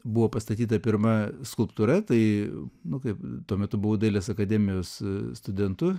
buvo pastatyta pirma skulptūra tai nu kaip tuo metu buvau dailės akademijos studentu